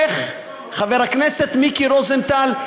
חבר הכנסת מיקי רוזנטל,